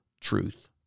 truth